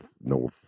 no